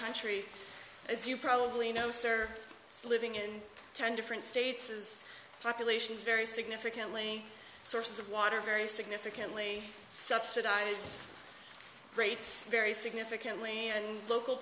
country as you probably know sir living in ten different states is populations vary significantly sources of water very significantly subsidize rates very significantly and local